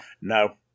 No